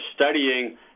studying